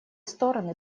стороны